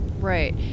Right